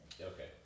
Okay